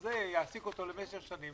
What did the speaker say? המפעל יעסיק אותו למשך שנים.